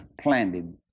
planted